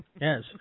Yes